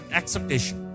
acceptation